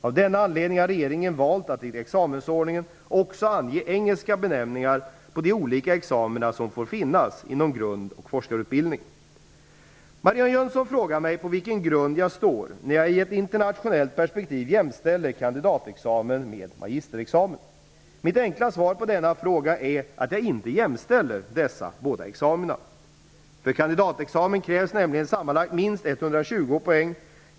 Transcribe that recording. Av denna anledning har regeringen valt att i examensordningen också ange engelska benämningar på de olika examina som får finnas inom grund och forskarutbildning. Marianne Jönsson frågar mig på vilken grund jag står när jag i ett internationellt perspektiv jämställer kandidatexamen med magisterexamen. Mitt enkla svar på denna fråga är att jag inte jämställer dessa båda examina. För kandidatexamen krävs nämligen sammanlagt minst 120 poäng.